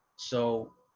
so,